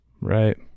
Right